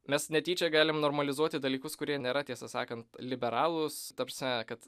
mes netyčia galim normalizuoti dalykus kurie nėra tiesą sakant liberalūs ta prasme kad